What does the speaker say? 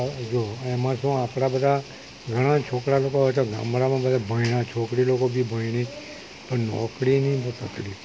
એમાં શું આપણા બધાં ઘણાં છોકરા લોકો હવે તો ગામડામાં બધાં ભણેલા છોકરી લોકો બી ભણી પણ નોકરીની બહુ તકલીફ